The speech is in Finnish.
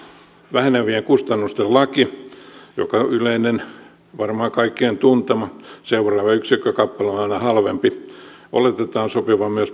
vähenevien kustannusten lain joka on yleinen varmaan kaikkien tuntema seuraava yksikkökappale on aina halvempi oletetaan sopivan myös